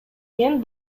мен